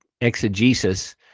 exegesis